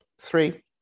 Three